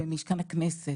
במשכן הכנסת